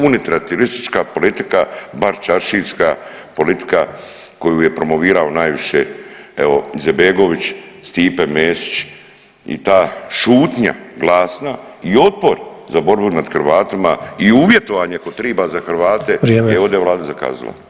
Unitrativistička politika, barčaršijska politika koju je promovirao najviše evo Izetbegović, Stipe Mesić i ta šutnja glasna i otpor za borbu nad Hrvatima i uvjetovanje ako triba za Hrvate [[Upadica: Vrijeme.]] je ovde vlada zakazala.